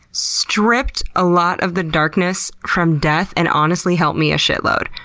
stripped a lot of the darkness from death and honestly, helped me a shitload.